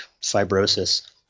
fibrosis